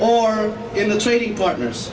or in the trading partners